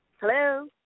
Hello